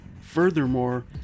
furthermore